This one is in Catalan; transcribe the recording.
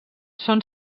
són